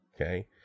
okay